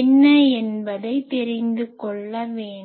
என்ன என்பதை தெரிந்து கொள்ள வேண்டும்